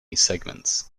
segments